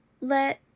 let